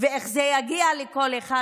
ואיך זה יגיע לכל אחד.